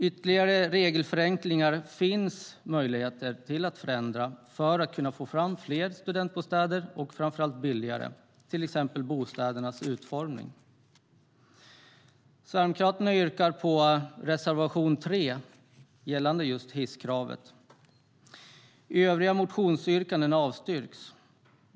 Det finns även andra möjligheter till förändringar för att få fram fler studentbostäder, framför allt sådana som är billigare, till exempel då det gäller bostädernas utformning. Sverigedemokraterna yrkar bifall till reservation 3 gällande hisskravet. Övriga motionsyrkanden avstyrks.